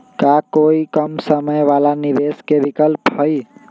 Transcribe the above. का कोई कम समय वाला निवेस के विकल्प हई?